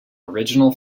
original